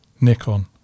nikon